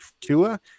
Tua